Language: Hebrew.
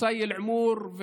קוסאי אלעמור,